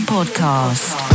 Podcast